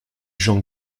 jean